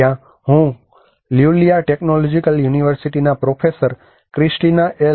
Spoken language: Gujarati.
જ્યાં હું લ્યુલિયા ટેકનોલોજીકલ યુનિવર્સિટીના પ્રોફેસર ક્રિસ્ટીના એલ